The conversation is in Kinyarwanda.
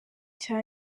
cya